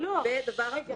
לא הבנתי גם.